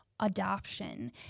Adoption